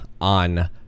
On